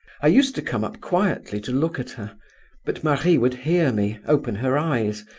i used to come up quietly to look at her but marie would hear me, open her eyes,